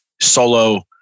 solo